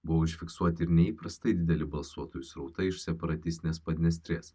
buvo užfiksuoti ir neįprastai dideli balsuotojų srautai iš separatistinės padniestrės